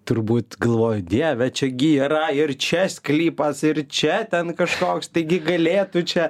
turbūt galvojo dieve čia gi yra ir čia sklypas ir čia ten kažkoks taigi galėtų čia